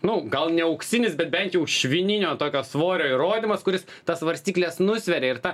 nu gal ne auksinis bet bent jau švininio tokio svorio įrodymas kuris tas svarstykles nusveria ir ta